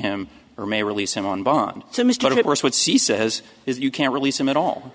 him or may release him on bond to mr morris what she says is you can't release him at all